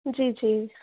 जी जी